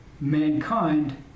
mankind